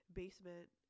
basement